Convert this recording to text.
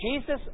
Jesus